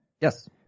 Yes